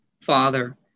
father